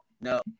no